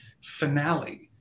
finale